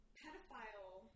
pedophile